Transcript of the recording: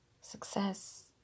Success